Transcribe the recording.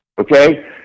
Okay